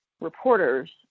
reporters